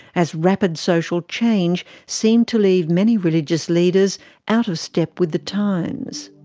as rapid social change seemed to leave many religious leaders out of step with the times.